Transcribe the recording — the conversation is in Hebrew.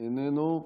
איננו,